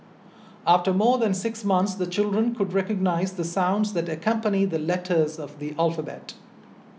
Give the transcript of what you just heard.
after more than six months the children could recognise the sounds that accompany the letters of the alphabet